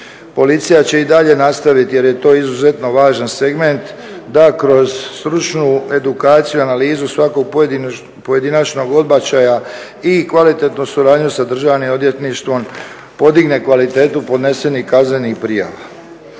Policija će i dalje nastaviti jer je to izuzetno važan segment da kroz stručnu edukaciju, analizu svakog pojedinačnog odbačaja i kvalitetnu suradnju sa Državno odvjetništvom podigne kvalitetu podnesenih kaznenih prijava.